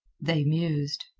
they mused.